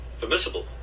permissible